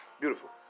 Beautiful